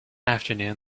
afternoon